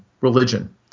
religion